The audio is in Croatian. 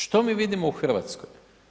Što mi vidimo u Hrvatskoj?